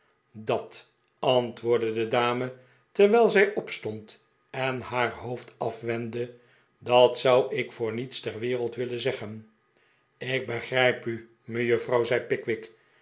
dat antwoordde de dame terwijl zij opstond en haar hoofd afwendde dat zou ik voor niets ter wereld willen zeggen ik begrijp u mejuffrouw zei pickwick